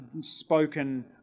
spoken